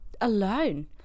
alone